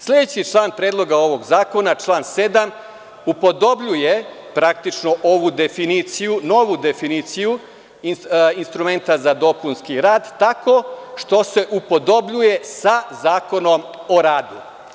Sledeći član predloga ovog zakona, član 7. upodobljuje praktično ovu definiciju, novu definiciju instrumenta za dopunski rad, tako što se upodobljuje sa Zakonom o radu.